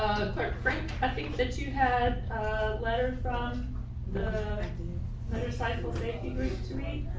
frank, i think that you had a letter from the motorcycle safety group to me,